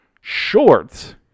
shorts